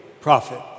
prophet